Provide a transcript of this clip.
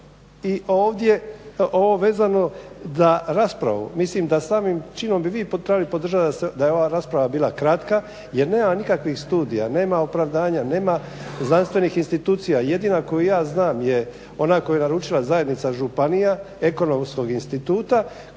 i ovdje, ovo vezano da raspravu, mislim da samim činom bi vi trebali podržati da je ova rasprava bila kratka jer nema nikakvih studija, nema opravdanja, nema znanstvenih institucija, jedina koju ja znam je ona koju je naručila zajednica županija Ekonomskog instituta